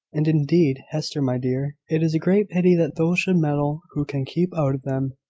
and, indeed, hester, my dear, it is a great pity that those should meddle who can keep out of them,